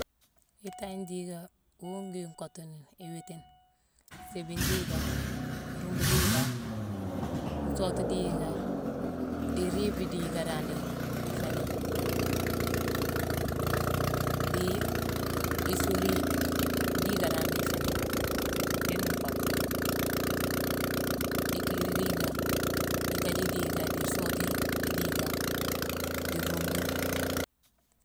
Itaagne diiga, wuu ngwii nkottu nini iwiitine: séébigne diiga, ruumbu diiga, nsootu diiga, dii iriibe idiiga dan nii nféé nangh, dii isuur-i-diiga dan iféé nangh, yuna nkotto. Ikiiri diiga, ikaaji diiga, dii isootu idiiga, dii ruumbu